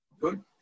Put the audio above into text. good